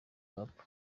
hop